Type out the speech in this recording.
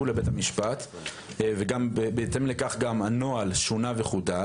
לבית המשפט ובהתאם לכך הנוהל שונה וחודד.